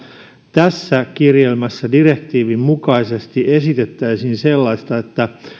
tässä kirjelmässä direktiivin mukaisesti esitettäisiin sellaista että